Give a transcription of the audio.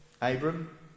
Abram